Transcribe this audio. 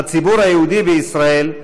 הציבור היהודי בישראל,